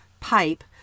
pipe